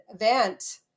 event